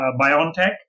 BioNTech